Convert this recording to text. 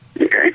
Okay